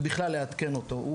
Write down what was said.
ובכלל לעדכן אותו.